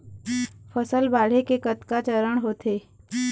फसल बाढ़े के कतका चरण होथे?